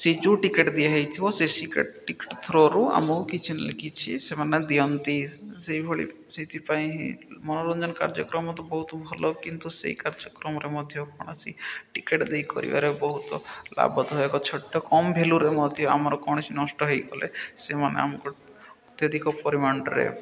ସେ ଯୋଉ ଟିକେଟ୍ ଦିଆ ହେଇଥିବ ସେେ ଟିକେଟ୍ ଥ୍ରୋରୁ ଆମକୁ କିଛି କିଛି ସେମାନେ ଦିଅନ୍ତି ସେଇଭଳି ସେଇଥିପାଇଁ ମନୋରଞ୍ଜନ କାର୍ଯ୍ୟକ୍ରମ ତ ବହୁତ ଭଲ କିନ୍ତୁ ସେଇ କାର୍ଯ୍ୟକ୍ରମରେ ମଧ୍ୟ କୌଣସି ଟିକେଟ୍ ଦେଇ କରିବାରେ ବହୁତ ଲାଭ ତ ଏକ ଛୋଟ କମ୍ ଭେଲ୍ୟୁରେ ମଧ୍ୟ ଆମର କୌଣସି ନଷ୍ଟ ହୋଇଗଲେ ସେମାନେ ଆମକୁ ଅତ୍ୟଧିକ ପରିମାଣରେ